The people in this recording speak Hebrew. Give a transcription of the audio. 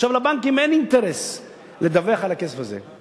לבנקים אין אינטרס לדווח על הכסף הזה.